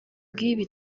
bw’ibi